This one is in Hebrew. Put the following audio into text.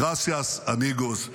Gracias amigos.